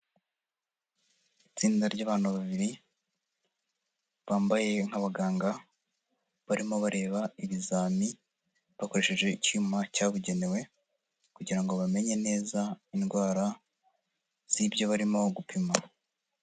Itsinda ry'abantu babiri bambaye nkabaganga, barimo bareba ibizami bakoresheje icyuma cyabugenewe kugirango bamenye neza indwara z'ibyo barimo gupima.